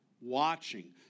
Watching